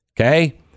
Okay